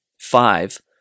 Five